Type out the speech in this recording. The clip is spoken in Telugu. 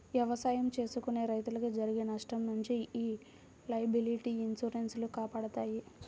ఎవసాయం చేసుకునే రైతులకు జరిగే నష్టం నుంచి యీ లయబిలిటీ ఇన్సూరెన్స్ లు కాపాడతాయి